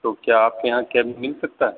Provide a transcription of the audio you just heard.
تو کیا آپ کے یہاں کیب مل سکتا ہے